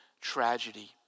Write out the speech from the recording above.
tragedy